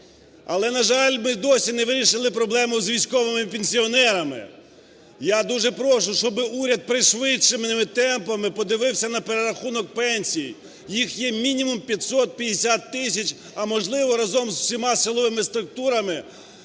Але, на жаль, ми й досі не вирішили проблему з військовими пенсіонерами. Я дуже прошу, щоби уряд пришвидшеними темпами подивився на перерахунок пенсій, їх є мінімум 550 тисяч, а, можливо, разом з усіма силовими структурами